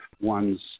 one's